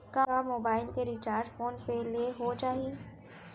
का मोबाइल के recharge PhonePe ले हो जाही?